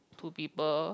two people